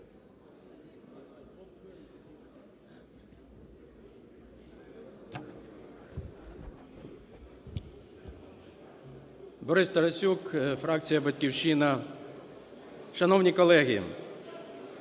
Борис Тарасюк, фракція "Батьківщина". Шановні колеги,